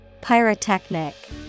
Pyrotechnic